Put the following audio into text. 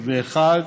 2021,